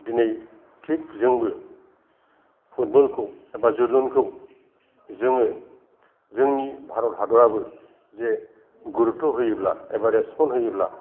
दिनै थिग जोंबो फुटबलखौ एबा जोलुरखौ जोङो जोंनि भारत हादराबो जे गुरुक्त' होयोब्ला एबा रेसपन्स होयोब्ला